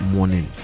Morning